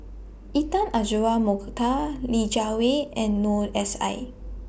Intan Azura Mokhtar Li Jiawei and Noor S I